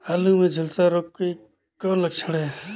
आलू मे झुलसा रोग के कौन लक्षण हे?